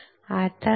आता काय